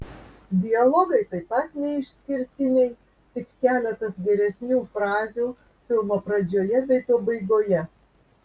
dialogai taip pat neišskirtiniai tik keletas geresnių frazių filmo pradžioje bei pabaigoje